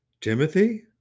Timothy